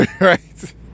right